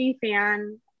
fan